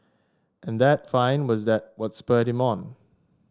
and that find was that what spurred him on